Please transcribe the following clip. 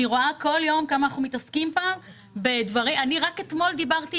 אני רואה כל יום כמה אנחנו מתעסקים פה בדברים אני רק אתמול דיברתי,